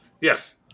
Yes